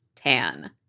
Tan